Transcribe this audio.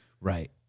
Right